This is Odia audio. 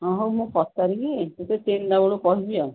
ହଁ ହଉ ମୁଁ ପଚାରିକି ତତେ ତିନିଟା ବେଳକୁ କହିବି ଆଉ